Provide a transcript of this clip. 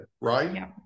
right